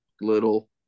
little